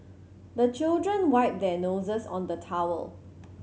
the children wipe their noses on the towel